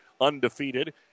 undefeated